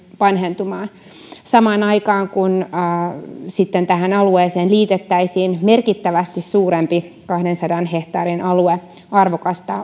vanhentumaan samaan aikaan kun sitten tähän alueeseen liitettäisiin merkittävästi suurempi kahdensadan hehtaarin alue arvokasta